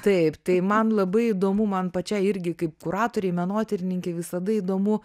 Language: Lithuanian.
taip tai man labai įdomu man pačiai irgi kaip kuratorei menotyrininkei visada įdomu